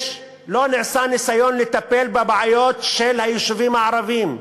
לא נעשה ניסיון לטפל בבעיות של היישובים הערביים,